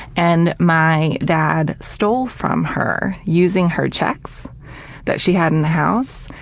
and my dad stole from her using her checks that she had in the house.